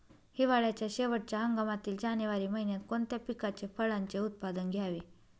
हिवाळ्याच्या शेवटच्या हंगामातील जानेवारी महिन्यात कोणत्या पिकाचे, फळांचे उत्पादन घ्यावे?